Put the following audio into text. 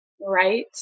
right